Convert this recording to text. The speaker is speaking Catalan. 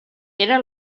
era